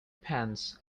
pants